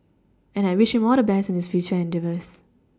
and I wish all the best in his future endeavours